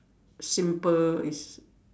simple is